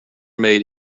made